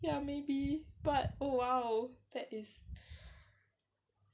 ya maybe but oh !wow! that is